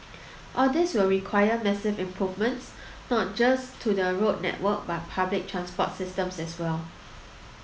all this will require massive improvements not just to the road network but public transport systems as well